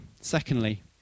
Secondly